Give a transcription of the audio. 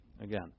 Again